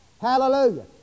Hallelujah